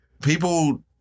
People